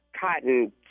cotton